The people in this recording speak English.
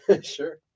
Sure